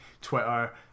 Twitter